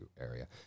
area